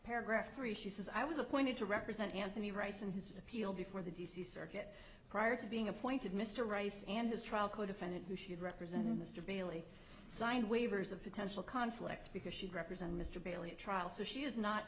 paragraph three she says i was appointed to represent anthony rice and his appeal before the d c circuit prior to being appointed mr rice and his trial codefendant who should represent mr bailey sign waivers of potential conflict because she represent mr bailey at trial so she is not